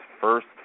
first